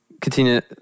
Katina